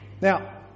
Now